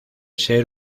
ser